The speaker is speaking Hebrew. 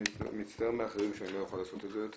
אני מצטער בפני אחרים, שאני לא יכול לעשות את זה.